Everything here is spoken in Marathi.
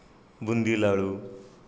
बुंदी लाडू